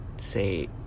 say